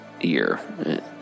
year